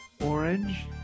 orange